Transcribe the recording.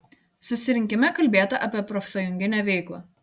susirinkime kalbėta apie profsąjunginę veiklą